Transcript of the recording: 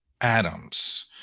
atoms